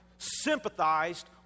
sympathized